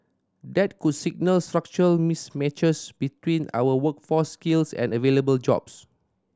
that could signal structural mismatches between our workforce skills and available jobs